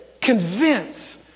convince